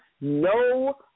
no